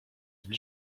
się